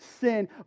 sin